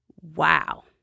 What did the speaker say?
Wow